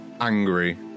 angry